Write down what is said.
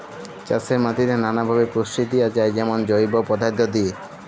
চাষের মাটিতে লালাভাবে পুষ্টি দিঁয়া যায় যেমল জৈব পদাথ্থ দিঁয়ে